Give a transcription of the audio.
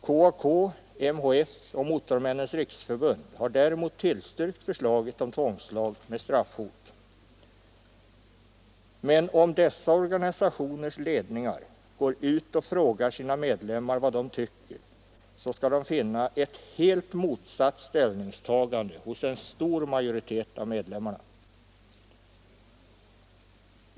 KAK, MHF och Motormännens riksförbund har däremot tillstyrkt förslaget om tvångslag med straffhot. Men om man i dessa organisationers ledningar går ut och frågar medlemmarna vad de tycker, skall man finna ett helt motsatt ställningstagande hos en stor majoritet av medlemmarna.